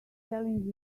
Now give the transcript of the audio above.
telling